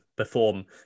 Perform